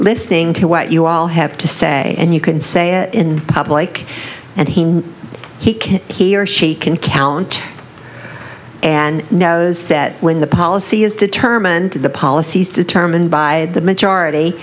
listening to what you all have to say and you can say it in public and he knows he can he or she can count and knows that when the policy is determined the policy is determined by the majority